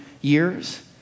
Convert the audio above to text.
years